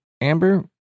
Amber